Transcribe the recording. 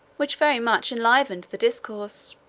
which very much enlivened the discourse.